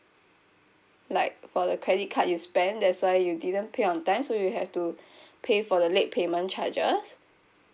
like for the credit card you spend that's why you didn't pay on time so you have to pay for the late payment charges